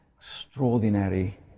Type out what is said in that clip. extraordinary